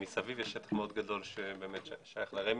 ומסביב יש שטח מאוד גדול ששייך לרשות מקרקעי